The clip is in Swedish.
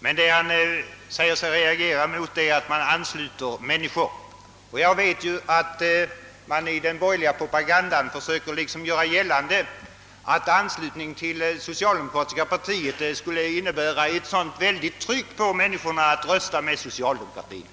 Det han sä ger sig reagera emot är att man ansluter människor. Jag vet att man i den borgerliga propagandan försöker att göra gällande att anslutning till det socialdemokratiska partiet skulle innebära ett sådant väldigt tryck på människorna att rösta med socialdemokratien.